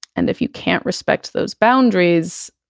and if you can't respect those boundaries,